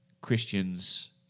christians